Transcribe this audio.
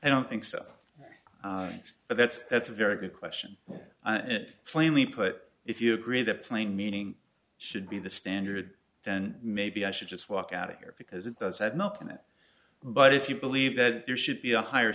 i don't think so but that's that's a very good question and it plainly put if you agree that plain meaning should be the standard then maybe i should just walk out of here because it does have milk in it but if you believe that there should be a higher